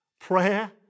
prayer